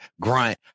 grunt